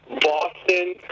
Boston